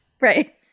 Right